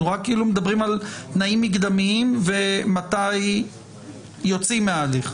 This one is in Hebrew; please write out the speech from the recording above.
אנחנו מדברים רק על תנאים מקדמיים ומתי יוצאים מההליך.